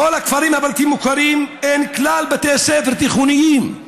בכל הכפרים הבלתי-מוכרים אין כלל בתי ספר תיכוניים,